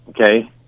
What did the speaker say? okay